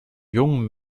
jungen